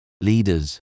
Leaders